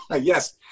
Yes